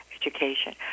education